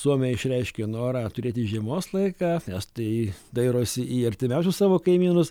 suomiai išreiškė norą turėti žiemos laiką nes tai dairosi į artimiausius savo kaimynus